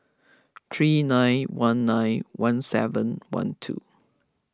three nine one nine one seven one two